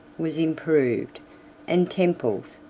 was improved and temples,